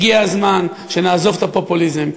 הגיע הזמן שנעזוב את הפופוליזם,